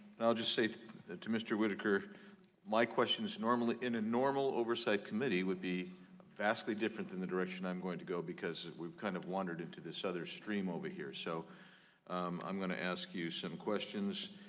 and i'll just say to to mr. whitaker my questions, in a normal oversight committee would be vastly different than the duration i'm going to go because we've kind of wandered into this other stream over here. so i'm going to ask you some questions,